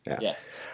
yes